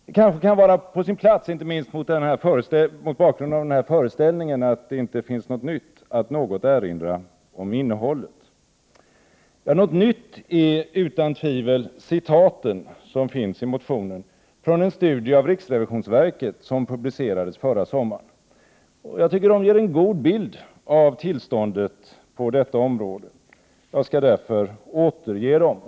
Det kanske är på sin plats att något erinra om innehållet, inte minst mot bakgrund av föreställningen att det inte finns något nytt. Något nytt är utan tvivel citaten som finns i motioner från en studie från riksrevisionsverket, som publicerades förra sommaren. De ger en god bild av tillståndet på detta område. Jag skall därför återge dem.